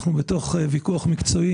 אנחנו בתוך ויכוח מקצועי.